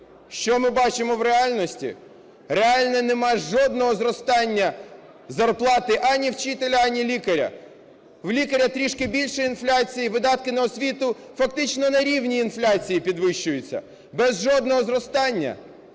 Що ми бачимо в реальності? Реально нема жодного зростання зарплати ані вчителя, ані лікаря. В лікаря трішки більше інфляції, видатки на освіту фактично на рівні інфляції підвищуються, без жодного зростання.